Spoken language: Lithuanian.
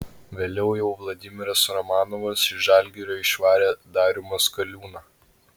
vėliau jau vladimiras romanovas iš žalgirio išvarė darių maskoliūną